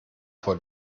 vor